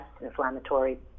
inflammatory